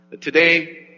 Today